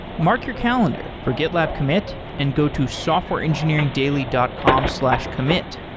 mark your calendar for gitlab commit and go to softwareengineeringdaily dot com slash commit.